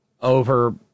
over